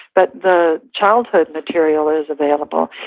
but the childhood material is available.